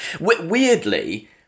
Weirdly